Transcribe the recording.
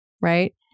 right